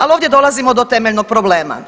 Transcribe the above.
Ali ovdje dolazimo do temeljnog problema.